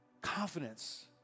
Confidence